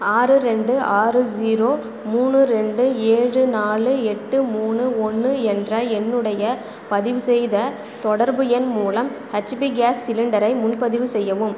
ஆறு ரெண்டு ஆறு ஜீரோ மூணு ரெண்டு ஏழு நாலு எட்டு மூணு ஒன்று என்ற என்னுடைய பதிவு செய்த தொடர்பு எண் மூலம் ஹெச்பி கேஸ் சிலிண்டரை முன்பதிவு செய்யவும்